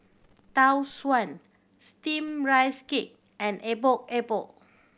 Tau Suan Steamed Rice Cake and Epok Epok